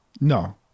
no